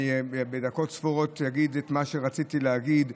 בדקות ספורות אגיד את מה שרציתי להגיד.